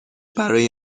برای